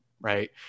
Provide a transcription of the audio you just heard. right